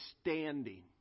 standing